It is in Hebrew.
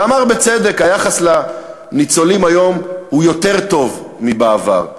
ואמר בצדק: היחס לניצולים היום הוא יותר טוב מבעבר.